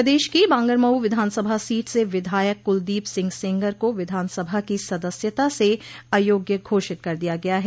प्रदेश की बांगरमऊ विधानसभा सीट से विधायक कुलदीप सिंह सेंगर को विधानसभा की सदस्यता से अयोग्य घोषित कर दिया गया है